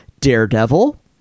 Daredevil